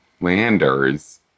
Landers